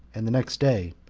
and the next day,